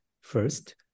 first